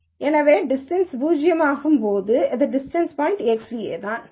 எனவே டிஸ்டன்ஸ் பூஜ்ஜியமாகும் போது அந்த பாயிண்ட் Xν தானே